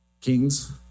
Kings